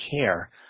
care